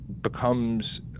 becomes